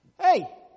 Hey